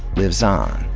lives on,